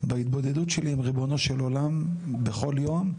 בהתמודדות שלי עם ריבונו של עולם, בכל יום,